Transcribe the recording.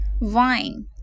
vine